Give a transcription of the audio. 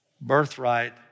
birthright